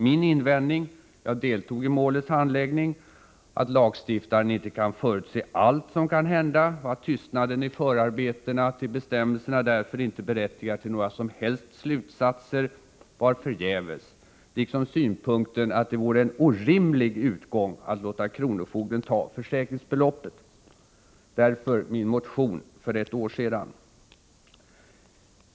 Min invändning -— jag deltog i målets handläggning — att lagstiftaren inte kan förutse allt som kan hända och att tystnaden i förarbetena till bestämmelserna därför inte berättigar till några som helst slutsatser var förgäves, liksom synpunkten att det vore en orimlig utgång att låta kronofogden ta försäkringsbeloppet. Därför min motion för ett år sedan.